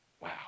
Wow